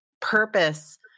purpose